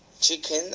chicken